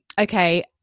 okay